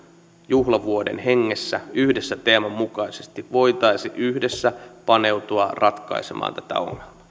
juhlavuoden hengessä yhdessä teeman mukaisesti voitaisi yhdessä paneutua ratkaisemaan tätä ongelmaa